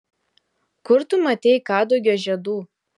kur tu matei kadugio žiedų